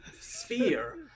sphere